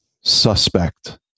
suspect